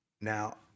Now